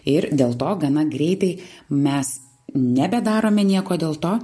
ir dėl to gana greitai mes nebedarome nieko dėl to